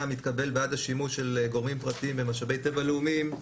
המתקבל בעד השימוש של גורמים פרטיים במשאבי טבע לאומיים,